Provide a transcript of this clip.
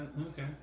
Okay